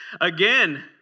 again